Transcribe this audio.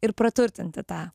ir praturtinti tą